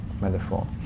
Metaphor